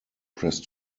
pressed